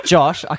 Josh